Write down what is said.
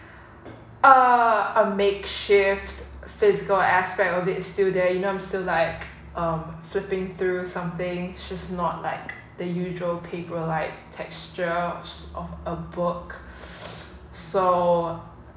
uh a make shift physical aspect of it is still there you know I'm still like a flipping through something not like the usual paper like textures of a book so